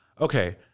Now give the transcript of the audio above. Okay